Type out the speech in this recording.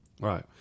Right